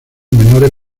menores